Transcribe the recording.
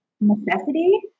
necessity